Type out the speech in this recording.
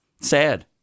Sad